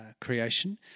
creation